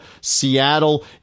Seattle